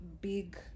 big